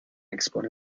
expone